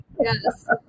Yes